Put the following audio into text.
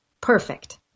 perfect